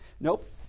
Nope